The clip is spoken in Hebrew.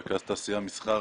רכז תעשייה ומסחר